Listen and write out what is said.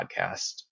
podcast